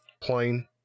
plane